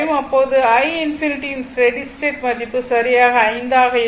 அப்போது i∞ யின் steady state மதிப்பு சரியாக 5 ஆக இருக்கும்